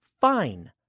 Fine